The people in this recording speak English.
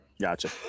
Gotcha